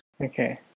Okay